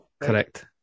Correct